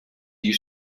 die